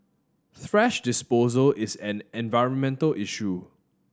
thrash disposal is an environmental issue